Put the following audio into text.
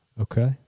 Okay